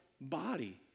body